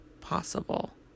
possible